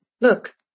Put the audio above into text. Look